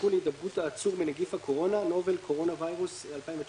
הסיכון להידבקות העצור בנגיף הקורונה (Novel Coronavirus 2019-nCoV)